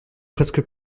presque